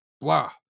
blah